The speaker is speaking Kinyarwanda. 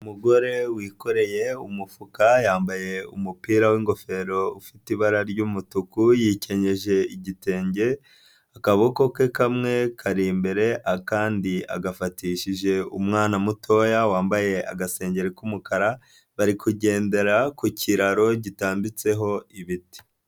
Umugore wikoreye umufuka yambaye umupira w'ingofero ufite ibara ry'umutuku yikenyeje igitenge, akaboko ke kamwe kari imbere akandi agafatishije umwana mutoya wambaye agasengeri k'umukara, barikugendera ku kiraro gitambitseho ibiti.